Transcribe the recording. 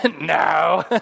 No